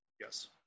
Yes